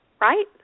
right